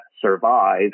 survive